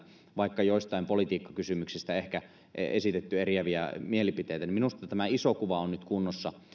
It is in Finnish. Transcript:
vaikka joistain politiikkakysymyksistä ehkä esitetty eriäviä mielipiteitä minusta tämä iso kuva on nyt kunnossa